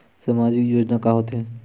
सामाजिक योजना का होथे?